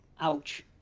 Ouch